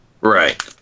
Right